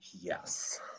Yes